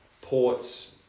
Ports